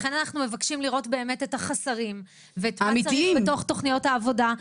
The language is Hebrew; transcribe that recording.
לכן אנחנו מבקשים לראות את החוסרים ואת מה שצריך בתוכניות העבודה,